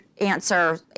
answer